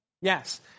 yes